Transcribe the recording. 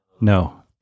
No